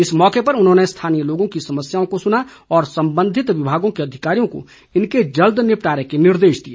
इस मौके पर उन्होंने स्थानीय लोगों की समस्याओं को सुना और संबंधित विभागों के अधिकारियों को इनके जल्द निपटारे के निर्देश दिए